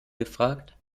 gefragt